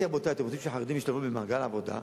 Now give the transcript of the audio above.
רבותי, אתם רוצים שחרדים ישתלבו במעגל העבודה?